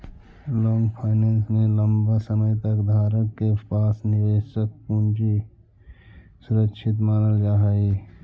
long finance में लंबा समय तक धारक के पास निवेशक के पूंजी सुरक्षित मानल जा हई